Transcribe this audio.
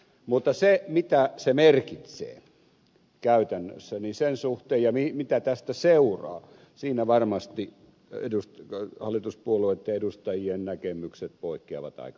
mutta siinä mitä se merkitsee käytännössä ja mitä tästä seuraa varmasti hallituspuolueiden edustajien näkemykset poikkeavat aika paljon